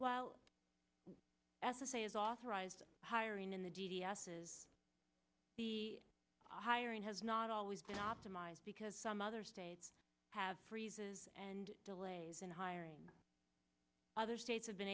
while s s a is authorized hiring in the d d s says the hiring has not always been optimized because some other states have freezes and delays in hiring other states have been